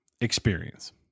experience